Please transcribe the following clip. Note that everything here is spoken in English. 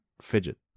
fidget